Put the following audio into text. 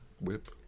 whip